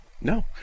No